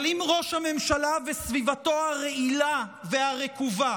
אבל אם ראש הממשלה וסביבתו הרעילה והרקובה